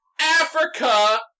Africa